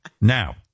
Now